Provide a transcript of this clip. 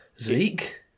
Zeke